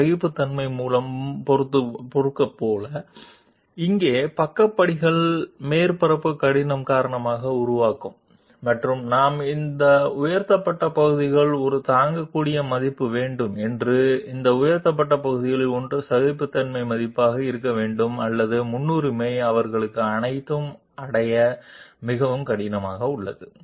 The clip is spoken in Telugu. కాబట్టి ఈ అప్రైజ్డ్ పోర్షన్లు వాటి వంతుగా ఫార్వర్డ్ స్టెప్స్ డిజైన్ సర్ఫేస్ నుండి విచలనాన్ని సృష్టిస్తున్నట్లే మరియు అవి ఫామ్ టాలరెన్స్ ద్వారా టాలరెన్స్ చేయబడతాయి ఇక్కడ సైడ్ స్టెప్లు ఉపరితల కరుకుదనాన్ని సృష్టిస్తున్నాయి మరియు మేము ఈ అప్రైజ్డ్ పోర్షన్లకు టాలరెన్స్ చేయదగిన విలువను కలిగి ఉంటాము